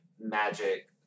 Magic